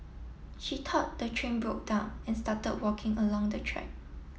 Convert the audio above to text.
she thought the train broke down and started walking along the track